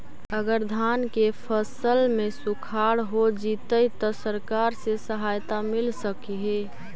अगर धान के फ़सल में सुखाड़ होजितै त सरकार से सहायता मिल सके हे?